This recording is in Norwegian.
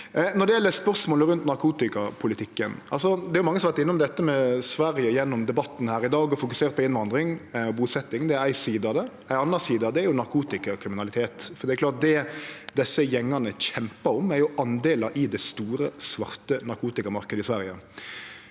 Når det gjeld spørsmålet om narkotikapolitikken: Det er mange som har vore innom Sverige i debatten her i dag og fokusert på innvandring og busetjing. Det er ei side av det. Ei anna side av det er narkotikakriminalitet. Det er klart at det desse gjengane kjempar om, er delar i den store, svarte narkotikamarknaden i Sverige.